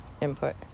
input